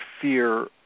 fear